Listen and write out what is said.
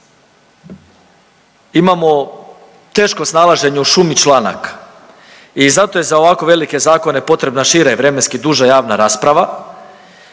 Imamo teško snalaženje u šumi članaka i zato je za ovako velike zakona potrebna šira i vremenski duža javna rasprava.